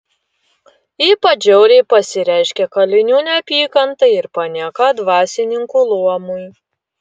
ypač žiauriai pasireiškė kalinių neapykanta ir panieka dvasininkų luomui